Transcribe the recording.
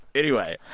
anyway,